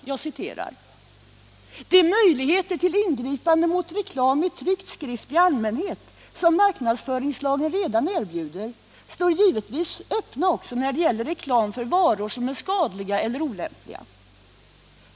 Jag citerar: ”De möjligheter till ingripande mot reklam i tryckt skrift i allmänhet som marknadsföringslagen redan erbjuder och som i övrigt kan anses föreligga står givetvis öppna också när det gäller reklam för varor som är skadliga eller olämpliga.